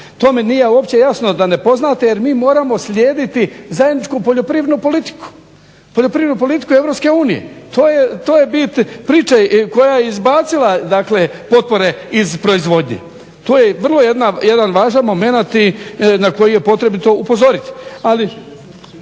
To mi nije uopće jasno da ne poznate jer mi moramo slijediti zajedničku poljoprivrednu politiku Europske unije. To je bit priče koja je izbacila dakle potpore iz proizvodnje. To je vrlo jedan važan moment na koji je potrebito upozoriti.